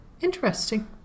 interesting